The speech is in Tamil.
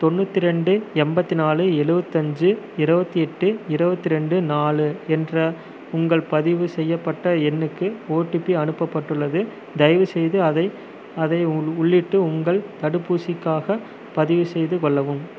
தொண்ணூற்றிரெண்டு எண்பத்தினாலு எழுபத்தஞ்சு இரபத்தி எட்டு இரபத்திரெண்டு நாலு என்ற உங்கள் பதிவு செய்யப்பட்ட எண்ணுக்கு ஓடிபி அனுப்பப்பட்டுள்ளது தயவுசெய்து அதை அதை உள்ளிட்டு உங்கள் தடுப்பூசிக்காகப் பதிவுசெய்து கொள்ளவும்